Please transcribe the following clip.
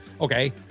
okay